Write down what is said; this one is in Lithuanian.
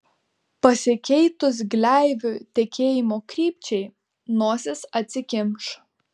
pasikeitus gleivių tekėjimo krypčiai nosis atsikimš